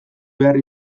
behar